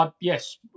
yes